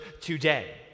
today